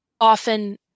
often